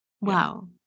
Wow